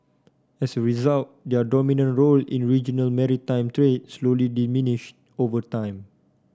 as a result their dominant role in regional maritime trades slowly diminished over time